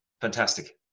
fantastic